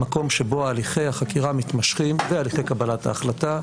מקום שבו הליכי החקירה מתמשכים והליכי קבלת ההחלטה,